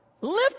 lift